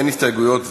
אין הסתייגויות,